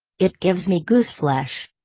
it gives me gooseflesh.